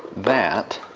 that